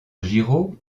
giraud